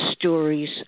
stories